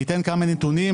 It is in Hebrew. אני אתן כמה נתונים.